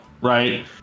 right